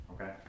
Okay